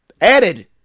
added